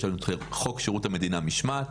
יש חוק שירות המדינה משמעת,